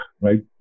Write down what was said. right